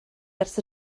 ers